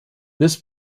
this